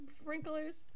sprinklers